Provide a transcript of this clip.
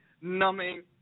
numbing